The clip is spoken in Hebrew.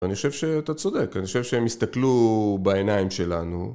אני חושב שאתה צודק, אני חושב שהם יסתכלו בעיניים שלנו.